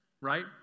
Right